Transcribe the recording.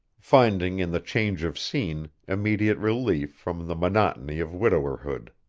finding in the change of scene immediate relief from the monotony of widowerhood.